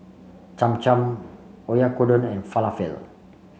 Cham Cham Oyakodon and Falafel